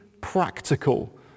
practical